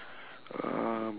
um